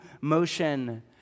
motion